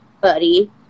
buddy